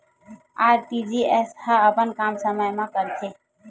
RTGS ह अपन काम समय मा करथे?